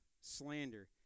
slander